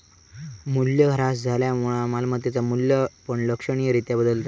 मूल्यह्रास झाल्यामुळा मालमत्तेचा मू्ल्य पण लक्षणीय रित्या बदलता